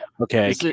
Okay